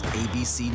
abc